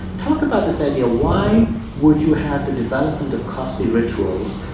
talk about this idea. why would you have the development of costly rituals,